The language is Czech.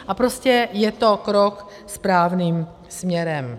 A prostě je to krok správným směrem.